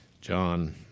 John